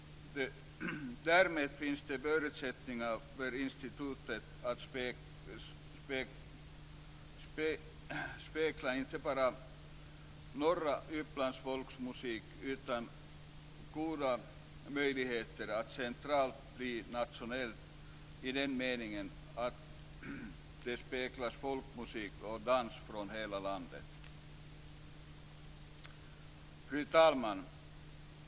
Därmed finns det förutsättningar för institutet att spegla inte bara norra Upplands folkmusik utan goda möjligheter att centralt bli nationellt i den meningen att det speglar folkmusik och dans från hela landet. Fru talman!